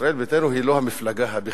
ישראל ביתנו היא לא המפלגה הבכירה,